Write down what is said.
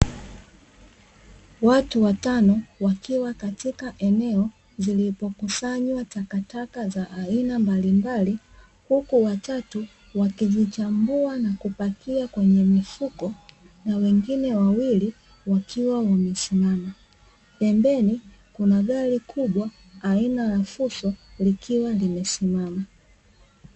Watu watano wakiwa katika eneo, zilipokusanywa takataka za aina mbalimbali, huku watu watatu wakizichambua na kupakia kwenye mfuko, na wengine wawili wakiwa wamesiimama. Pembeni kuna gari kubwa, aina ya fuso likiwa limesimama.